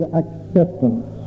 acceptance